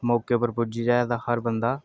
मौके पर पुज्जी जा तां हर बंदा